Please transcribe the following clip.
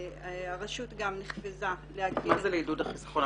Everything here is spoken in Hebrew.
מה זה לעידוד החיסכון?